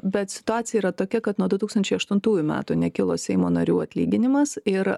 bet situacija yra tokia kad nuo du tūkstančiai aštuntųjų metų nekilo seimo narių atlyginimas ir